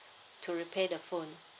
to repair the phone